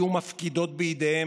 ואין להם אופק ואין להם עתיד.